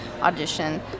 audition